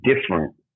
different